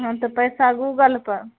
हम तऽ पइसा गूगलपर